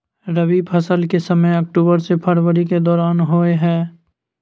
रबी फसल के समय अक्टूबर से फरवरी के दौरान होय हय